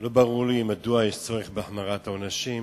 לא ברור לי מדוע יש צורך בהחמרת העונשים.